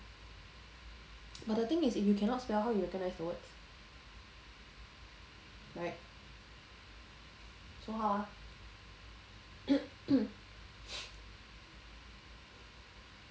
but the thing is if you cannot spell how you recognise the words right so how ah